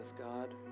God